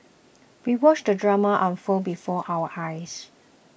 we watched the drama unfold before our eyes